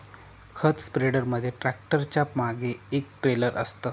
खत स्प्रेडर मध्ये ट्रॅक्टरच्या मागे एक ट्रेलर असतं